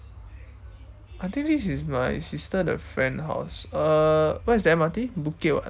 I think this is my sister the friend house uh where is the M_R_T bukit what